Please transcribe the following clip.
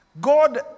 God